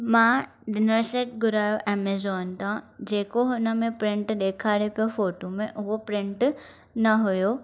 मां dinner set घुरायो Amazon था जेको हुन में प्रिंट ॾेखारे पियो फोटूं में उहो प्रिंट न हुओ